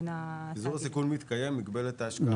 פיזור הסיכון מתקיים; מוגבלת ההשקעה.